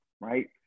right